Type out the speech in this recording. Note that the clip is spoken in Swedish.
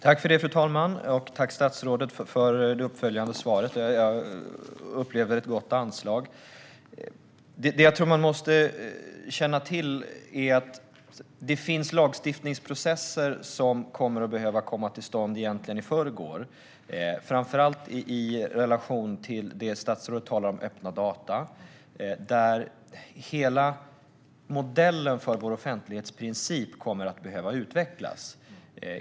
Fru ålderspresident! Tack, statsrådet, för det uppföljande svaret! Jag upplever ett gott anslag. Det man måste känna till är att det finns lagstiftningsprocesser som kommer att behöva komma till stånd, egentligen i förrgår, framför allt i relation till det som statsrådet talar om, nämligen öppna data, där hela modellen för vår offentlighetsprincip kommer att behöva utvecklas.